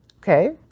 Okay